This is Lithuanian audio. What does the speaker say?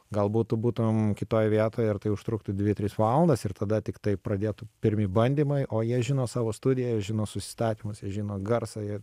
galbūt tu būtum kitoj vietoj ir tai užtruktų dvi tris valandas ir tada tiktai pradėtų pirmi bandymai o jie žino savo studiją žino susistatymus jie žino garsą jie